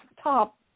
top